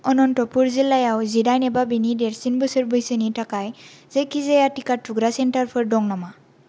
अनन्तपुर जिल्लायाव जिदाइन एबा बेनि देरसिन बोसोर बैसोनि थाखाय जायखिजाया टिका थुग्रा सेन्टारफोर दं नामा